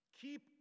Keep